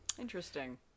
Interesting